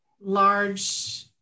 large